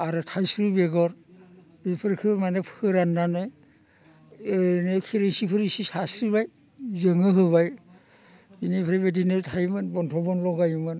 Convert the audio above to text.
आरो थायसुरि बेगर बेफोरखो माने फोराननानै ओरैनो खुरैसे खुरैसे सारस्रिबाय जों होबाय बिनिफ्राय बिदिनो थायोमोन बन्थ' बन लगायोमोन